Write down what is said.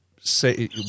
say